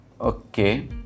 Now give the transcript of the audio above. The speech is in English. okay